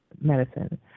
medicine